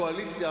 קואליציה,